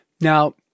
now